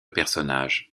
personnage